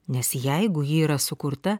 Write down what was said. nes jeigu ji yra sukurta